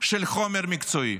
של חומר מקצועי,